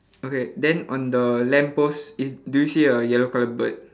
okay then on the lamppost it's do you see a yellow colour bird